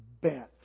bent